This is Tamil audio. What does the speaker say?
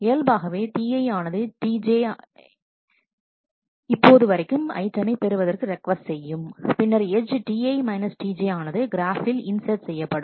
இயல்பாகவே Ti ஆனது Tj இப்போது வைத்திருக்கும் ஐட்டமை பெறுவதற்கு ரெக்கொஸ்ட் செய்யும் பின்னர் எட்ஜ் Ti Tj ஆனது கிராஃப்பில் இன்சர்ட் செய்யப்படும்